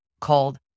called